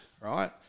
right